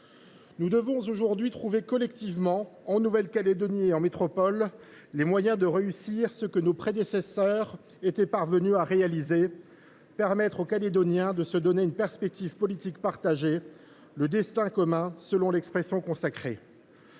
Nous devons aujourd’hui trouver collectivement, en Nouvelle Calédonie et en métropole, les moyens de réussir ce que nos prédécesseurs étaient parvenus à réaliser : permettre aux Calédoniens de se donner une perspective politique partagée, un « destin commun », selon l’expression consacrée.